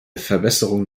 verbesserung